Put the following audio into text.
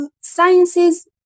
science's